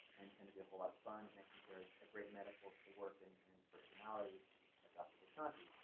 and tend to be a whole lot of fun. and i think they're ah a great metaphor for the work and and personality of dr. visconti.